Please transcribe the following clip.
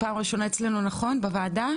עובדים תאילנדים וסינים לא יודעים לקרוא עברית.